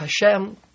Hashem